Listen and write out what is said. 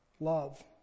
Love